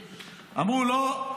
אמרו: לא,